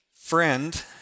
friend